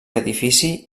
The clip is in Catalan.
edifici